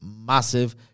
massive